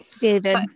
David